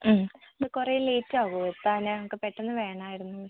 ആ ഇന്ന് കുറെ ലേറ്റ് ആകുമോ എത്താൻ ഞങ്ങൾക്ക് പെട്ടെന്ന് വേണമായിരുന്നു